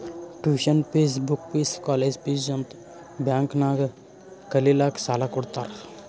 tuition fees, book fees, college fees ಅಂತ್ bank ನಾಗ್ ಕಲಿಲ್ಲಾಕ್ಕ್ ಸಾಲಾ ಕೊಡ್ತಾರ್